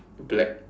black